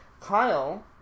Kyle